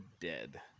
Dead